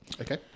Okay